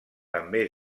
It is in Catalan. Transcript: també